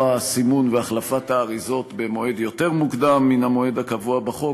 הסימון והחלפת האריזות במועד יותר מוקדם מהמועד הקבוע בחוק,